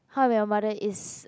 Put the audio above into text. How I Met Your Mother is